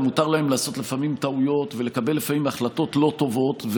גם מותר לעשות לפעמים טעויות ולקבל לפעמים החלטות לא טובות,